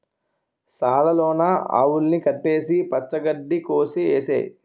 సాల లోన ఆవుల్ని కట్టేసి పచ్చ గడ్డి కోసె ఏసేయ్